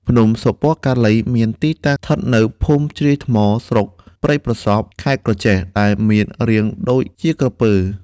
ភ្នំសុពណ៌កាលី មានទីតាំងស្ថិតនៅ ភូមិជ្រោយថ្ម ស្រុកព្រែកប្រសប់ ខេត្តក្រចេះ ដែលមានរាងដូចជាក្រពើ ។